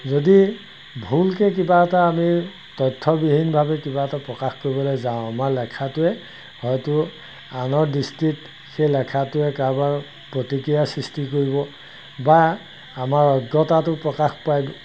যদি ভুলকৈ কিবা এটা আমি তথ্যবিহীনভাৱে কিবা এটা প্ৰকাশ কৰিবলৈ যাওঁ আমাৰ লেখাটোৱে হয়টো আনৰ দৃষ্টিত সেই লেখাটোৱে কাৰোবাৰ প্ৰতিক্ৰিয়া সৃষ্টি কৰিব বা আমাৰ অজ্ঞতাটো প্ৰকাশ পাই